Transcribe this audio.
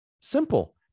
Simple